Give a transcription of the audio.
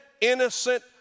innocent